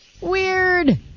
Weird